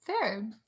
fair